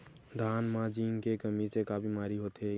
धान म जिंक के कमी से का बीमारी होथे?